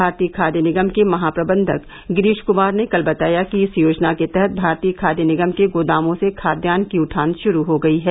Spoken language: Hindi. भारतीय खाद्य निगम के महाप्रबंधक गिरीश कुमार ने कल बताया कि इस योजना के तहत भारतीय खाद्य निगम के गोदामों से खाद्यान की उठान शुरू हो गई है